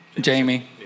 Jamie